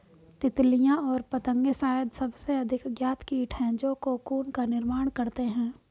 तितलियाँ और पतंगे शायद सबसे अधिक ज्ञात कीट हैं जो कोकून का निर्माण करते हैं